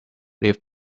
leave